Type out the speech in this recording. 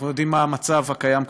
אנחנו יודעים מה המצב כרגע,